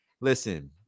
Listen